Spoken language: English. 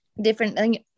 different